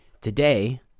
Today